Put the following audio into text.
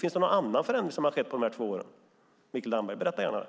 Finns det någon annan förändring som har skett på dessa två år, Mikael Damberg? Berätta gärna det.